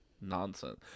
nonsense